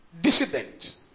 dissident